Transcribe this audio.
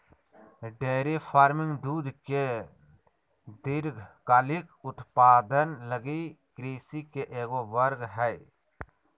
dairy farming दूध के दीर्घकालिक उत्पादन लगी कृषि के एगो वर्ग हइ